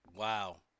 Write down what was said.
Wow